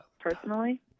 personally